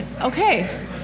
okay